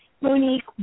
Monique